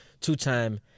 two-time